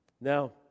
Now